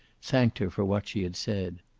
thanked her for what she had said.